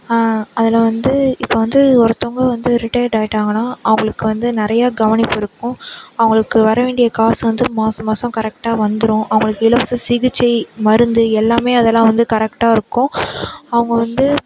அதில் வந்து இப்போ வந்து ஒருத்தவங்க வந்து ரிட்டயர்டு ஆகிட்டாங்கனா அவங்களுக்கு வந்து நிறையா கவனிப்பிருக்கும் அவங்களுக்கு வர வேண்டிய காசு வந்து மாதம் மாதம் கரெக்டாக வந்துடும் அவங்களுக்கு இலவச சிகிச்சை மருந்து எல்லாம் அதலாம் வந்து கரெக்டாக இருக்கும் அவங்கள் வந்து